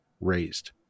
raised